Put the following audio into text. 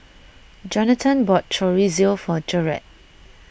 Jonathon bought Chorizo for Jered